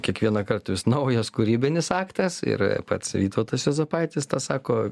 kiekvienąkart vis naujas kūrybinis aktas ir pats vytautas juozapaitis tą sako